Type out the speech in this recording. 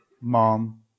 mom